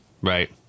Right